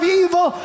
evil